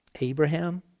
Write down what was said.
Abraham